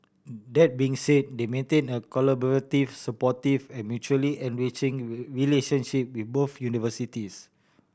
that being said they maintain a collaborative supportive and mutually enriching relationship with both universities